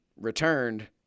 returned